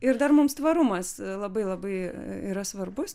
ir dar mums tvarumas labai labai yra svarbus